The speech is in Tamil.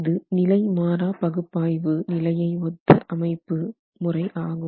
இது நிலை மாறா பகுப்பாய்வு நிலையை ஒத்த அமைப்பு முறை ஆகும்